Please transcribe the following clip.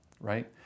right